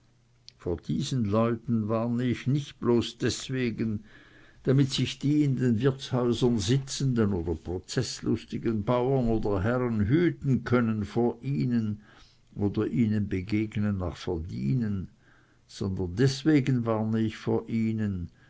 vor diesen leuten warne ich nicht bloß deswegen damit sich die in den wirtshäusern sitzenden oder prozeßlustigen bauern oder herren hüten können vor ihnen oder ihnen begegnen nach verdienen sondern deswegen warne ich vor ihnen